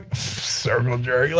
circle jerk?